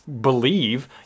believe